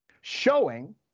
showing